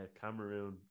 Cameroon